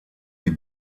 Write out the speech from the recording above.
die